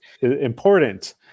important